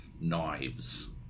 knives